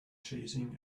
chasing